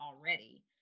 already